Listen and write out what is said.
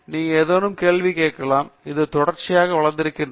நீ ஏதேனும் கேள்விகள் கேட்கலாம் அது தொடர்ச்சியாக வளர்ந்திருக்கிறது